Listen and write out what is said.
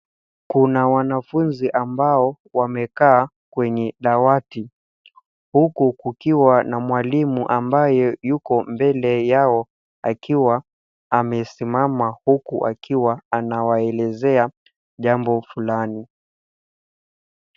Kuna wanafunzi ambao wamekaa kwenye dawati. Huku kukiwa na mwalimu ambaye yuko mbele yao akiwa amesimama huku akiwa anawaelezea jambo fulani.